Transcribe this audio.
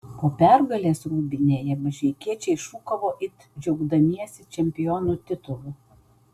po pergalės rūbinėje mažeikiečiai šūkavo it džiaugdamiesi čempionų titulu